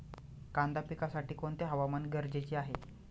कांदा पिकासाठी कोणते हवामान गरजेचे आहे?